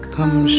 Come